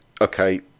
okay